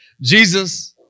Jesus